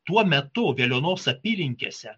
tuo metu veliuonos apylinkėse